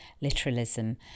literalism